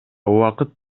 убакыт